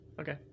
Okay